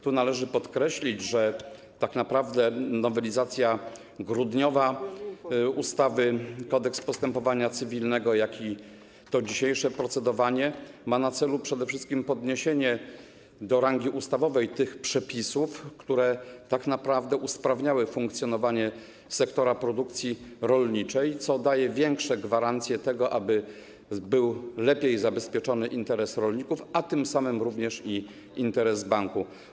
Tu należy podkreślić, że tak naprawdę grudniowa nowelizacja ustawy - Kodeks postępowania cywilnego, jak i to dzisiejsze procedowanie mają na celu przede wszystkim podniesienie do rangi ustawowej tych przepisów, które tak naprawdę usprawniały funkcjonowanie sektora produkcji rolniczej, co daje większe gwarancje tego, aby lepiej był zabezpieczony interes rolników, a tym samym również interes banku.